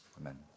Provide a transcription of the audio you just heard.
Amen